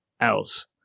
else